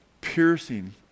piercing